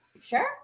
Sure